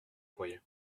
accoyer